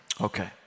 Okay